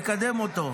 נקדם אותו.